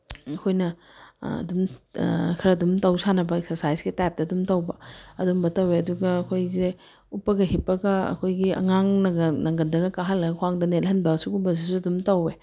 ꯑꯩꯈꯣꯏꯅ ꯑꯗꯨꯝ ꯈꯔ ꯑꯗꯨꯝ ꯇꯧ ꯁꯥꯟꯅꯕ ꯑꯦꯛꯁꯔꯁꯥꯏꯁꯀꯤ ꯇꯥꯏꯄꯇ ꯑꯗꯨꯝ ꯇꯧꯕ ꯑꯗꯨꯝꯕ ꯇꯧꯏ ꯑꯗꯨꯒ ꯑꯩꯈꯣꯏꯁꯦ ꯎꯞꯄꯒ ꯍꯤꯞꯄꯒ ꯑꯩꯈꯣꯏꯒꯤ ꯑꯉꯥꯡꯅꯒ ꯅꯪꯒꯟꯗꯒ ꯀꯥꯍꯜꯂꯒ ꯈ꯭ꯋꯥꯡꯗ ꯅꯦꯠꯍꯟꯕ ꯁꯤꯒꯨꯝꯕꯁꯤꯁꯨ ꯑꯗꯨꯝ ꯇꯧꯏ